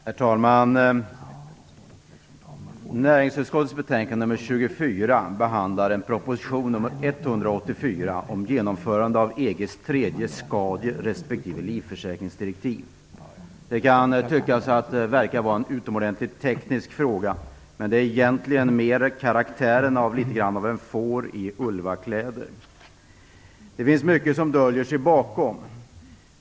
Herr talman! Näringsutskottets betänkande NU24 Det kan tyckas vara en utomordentligt teknisk fråga, men den har egentligen mer karaktären av en ulv i fårakläder. Det finns mycket som döljer sig bakom den här frågan.